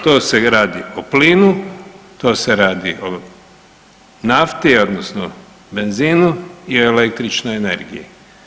To se radi o plinu, to se radi o nafti odnosno benzinu i o električnoj energiji.